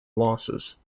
losses